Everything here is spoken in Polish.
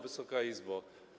Wysoka Izbo!